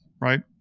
right